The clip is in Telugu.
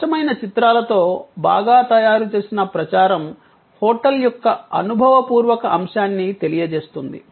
స్పష్టమైన చిత్రాలతో బాగా తయారుచేసిన ప్రచారం హోటల్ యొక్క అనుభవపూర్వక అంశాన్ని తెలియజేస్తుంది